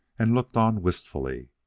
and looked on wistfully.